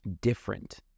different